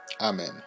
Amen